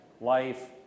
life